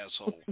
asshole